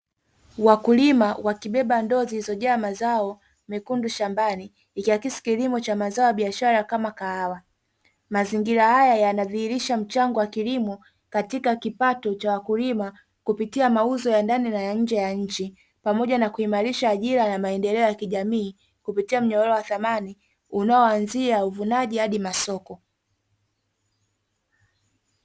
Wakulima wakibeba ndoo zilizojazwa mazao mekundu shambani, ikiakisi kilimo cha mazao ya biashara kama kahawa. Mazingira haya yanadhihirisha mchango wa kilimo katika kipato cha wakulima kupitia mauzo ya ndani na ya nje ya nchi, pamoja na kuimarisha ajira ya maendeleo ya kijamii, kupitia mnyororo wa thamani unaoanzia uvunaji hadi masoko.